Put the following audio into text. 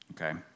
Okay